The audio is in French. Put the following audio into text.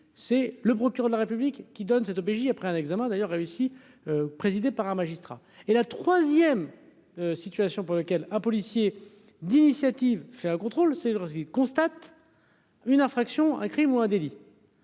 c'est le procureur de la République qui donne cette OBJ après un examen d'ailleurs réussi, présidée par un magistrat et la 3ème situation pour lesquelles un policier d'initiative fait un contrôle, c'est lorsqu'ils constatent une infraction un Crime ou un délit.